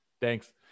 Thanks